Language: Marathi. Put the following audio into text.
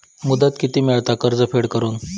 मुदत किती मेळता कर्ज फेड करून?